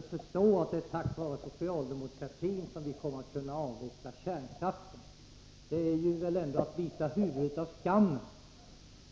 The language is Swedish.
påskina att det är tack vare socialdemokraterna som man kommer att kunna avveckla kärnkraften. Det är väl ändå att bita huvudet av skammen.